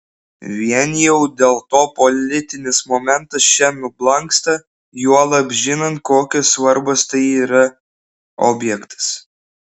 vien jau dėl to politinis momentas čia nublanksta juolab žinant kokios svarbos tai yra objektas